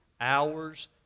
hours